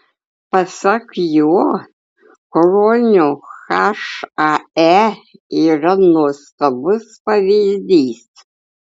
pasak jo kruonio hae yra nuostabus pavyzdys